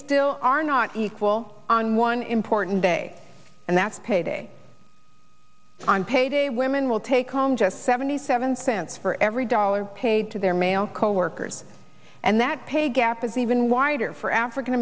still are not equal on one important day and that's pay day on pay day women will take home just seventy seven cents for every dollar paid to their male coworkers and that pay gap is even wider for african